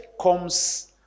comes